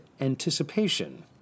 anticipation